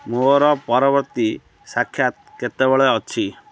ମୋର ପରବର୍ତ୍ତୀ ସାକ୍ଷାତ କେତେବେଳେ ଅଛି